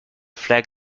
flag